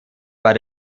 war